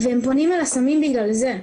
והם פונים אל הסמים בגלל זה.